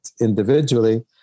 individually